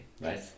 right